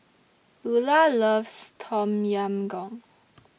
Lulah loves Tom Yam Goong